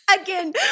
Again